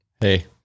Hey